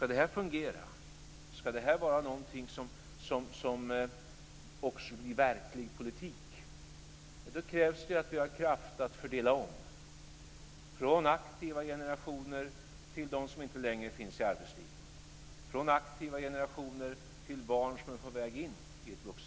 Om det här ska fungera och vara någonting som också blir verklig politik krävs det att vi har kraft att fördela om från aktiva generationer till dem som inte längre finns i arbetslivet och från aktiva generationer till barn som är på väg in i ett vuxenliv.